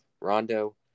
Rondo